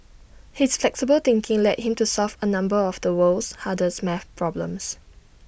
his flexible thinking led him to solve A number of the world's hardest math problems